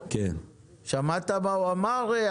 תסביר מה זה.